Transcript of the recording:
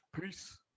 Peace